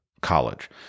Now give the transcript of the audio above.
college